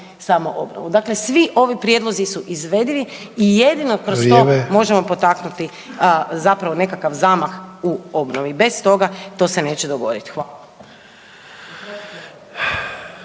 samoobnovu. Dakle, svi ovi prijedlozi su izvedivi i jedino kroz to možemo potaknuti zapravo nekakav zamah u obnovi, bez toga to se neće dogodit. Hvala.